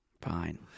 Fine